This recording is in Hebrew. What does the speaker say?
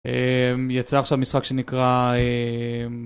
יצא עכשיו משחק שנקרא...